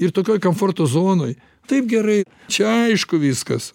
ir tokioj komforto zonoj taip gerai čia aišku viskas